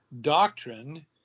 doctrine